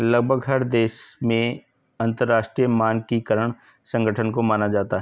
लगभग हर एक देश में अंतरराष्ट्रीय मानकीकरण संगठन को माना जाता है